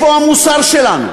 איפה המוסר שלנו?